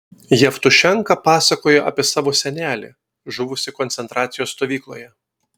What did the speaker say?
jevtušenka pasakojo apie savo senelį žuvusį koncentracijos stovykloje